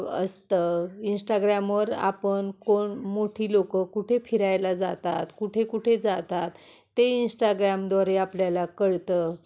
असतं इंस्टाग्रामवर आपण कोण मोठी लोकं कुठे फिरायला जातात कुठे कुठे जातात ते इंस्टाग्रामद्वारे आपल्याला कळतं